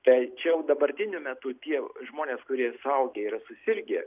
tačiau dabartiniu metu tie žmonės kurie suaugę yra susirgę